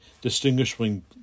distinguishing